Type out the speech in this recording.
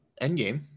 Endgame